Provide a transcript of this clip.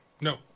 No